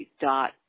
dot